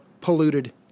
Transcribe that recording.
polluted